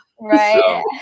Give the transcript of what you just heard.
right